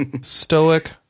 Stoic